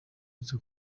nziza